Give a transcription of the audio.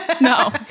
No